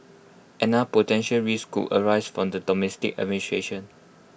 another potential risk could arise from the domestic administration